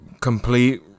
complete